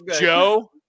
Joe